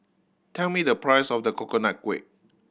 tell me the price of the Coconut Kuih